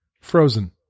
Frozen